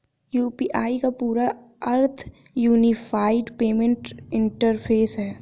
UPI का पूरा अर्थ यूनिफाइड पेमेंट इंटरफ़ेस है